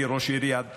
אני ראש עיריית דימונה.